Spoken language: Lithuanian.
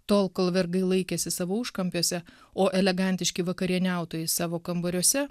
tol kol vergai laikėsi savo užkampiuose o elegantiški vakarieniautojai savo kambariuose